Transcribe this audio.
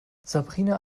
sabrina